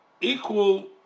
equal